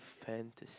fantasy